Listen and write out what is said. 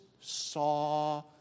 saw